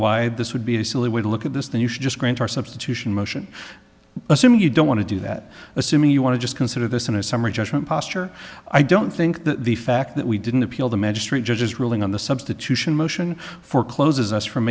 why this would be a silly way to look at this then you should just grant our substitution motion assuming you don't want to do that assuming you want to just consider this in a summary judgment posture i don't think that the fact that we didn't appeal the magistrate judge's ruling on the substitution motion forecloses us from